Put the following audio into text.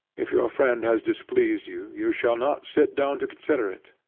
if your friend has displeased you, you shall not sit down to consider it,